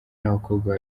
n’abakobwa